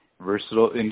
versatile